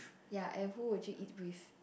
ya and who would you eat with